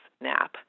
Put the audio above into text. nap